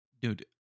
dude